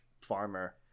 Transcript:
farmer